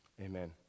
Amen